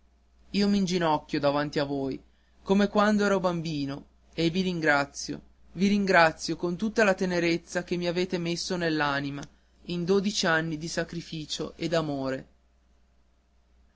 cielo io m'inginocchio davanti a voi come quando ero bambino e vi ringrazio vi ringrazio con tutta la tenerezza che mi avete messo nell'anima in dodici anni di sacrificio e d'amore